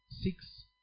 six